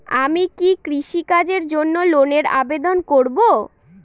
আমি কি কৃষিকাজের জন্য লোনের আবেদন করব?